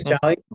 Charlie